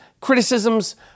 criticisms